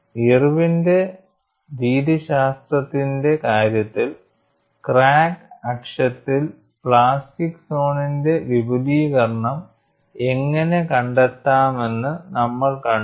ഇർവിന്റെIrwin's രീതിശാസ്ത്രത്തിന്റെ കാര്യത്തിൽ ക്രാക്ക് ആക്സിസിൽ പ്ലാസ്റ്റിക് സോണിന്റെ വിപുലീകരണം എങ്ങനെ കണ്ടെത്താമെന്ന് നമ്മൾ കണ്ടു